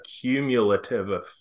cumulative